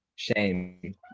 Shame